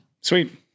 Sweet